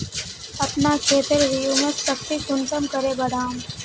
अपना खेतेर ह्यूमस शक्ति कुंसम करे बढ़ाम?